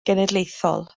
genedlaethol